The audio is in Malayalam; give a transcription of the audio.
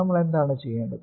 നമ്മൾ എന്താണ് ചെയ്യേണ്ടത്